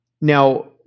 Now